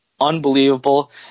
unbelievable